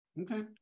Okay